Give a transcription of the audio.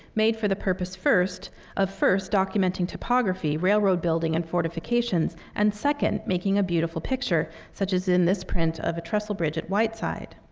made for the purpose of first documenting topography, railroad building, and fortifications, and second, making a beautiful picture, such as in this print of a trestle bridge at whiteside.